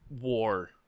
war